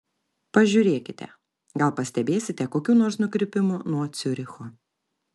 pažiūrėkite gal pastebėsite kokių nors nukrypimų nuo ciuricho